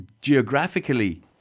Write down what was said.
Geographically